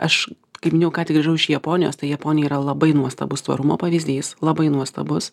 aš kaip minėjau ką tik grįžau iš japonijos tai japonija yra labai nuostabus tvarumo pavyzdys labai nuostabus